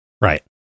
right